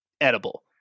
edible